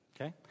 okay